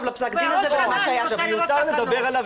לפסק הדין הזה ומה שהיה --- יש לי פסק דין,